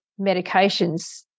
medications